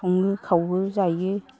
सङो खावो जायो